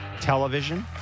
Television